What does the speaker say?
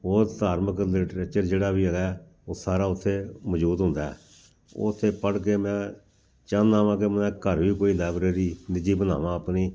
ਉਹ ਧਾਰਮਿਕ ਲਿਟਰੇਚਰ ਜਿਹੜਾ ਵੀ ਹੈਗਾ ਉਹ ਸਾਰਾ ਉੱਥੇ ਮੌਜੂਦ ਹੁੰਦਾ ਉੱਥੇ ਪੜ੍ਹ ਕੇ ਮੈਂ ਚਾਹੁੰਦਾ ਵਾਂ ਕਿ ਮੈਂ ਘਰ ਵੀ ਕੋਈ ਲਾਇਬਰੇਰੀ ਨਿੱਜੀ ਬਣਾਵਾਂ ਆਪਣੀ